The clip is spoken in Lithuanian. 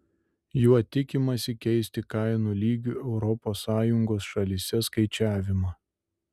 juo tikimasi keisti kainų lygių europos sąjungos šalyse skaičiavimą